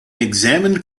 examined